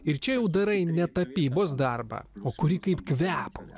ir čia jau darai ne tapybos darbą o kuri kaip kvepalus